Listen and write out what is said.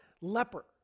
leper